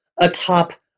atop